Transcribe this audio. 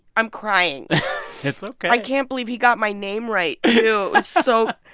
i'm crying it's ok i can't believe he got my name right, too. it was so.